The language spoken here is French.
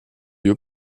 lieu